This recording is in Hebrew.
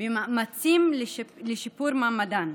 במאמצים לשיפור מעמדן.